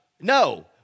No